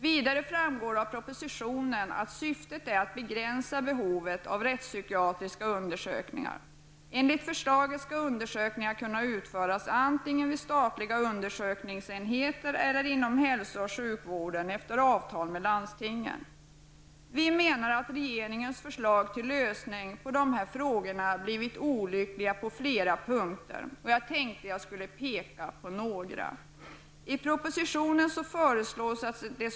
Vidare framgår av propositionen att syftet är att begränsa behovet av rättspsykiatriska undersökningar. Enligt förslaget skall undersökningar kunna utföras antingen vid statliga undersökningsenheter eller inom hälso och sjukvården efter avtal med landstingen. Vi menar att regeringens förslag till lösning av dessa frågor har blivit olycklig på flera punkter. Jag tänkte jag skulle peka på några sådana punkter.